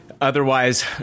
Otherwise